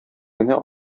генә